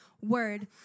word